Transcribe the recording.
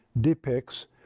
depicts